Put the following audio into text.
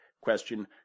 Question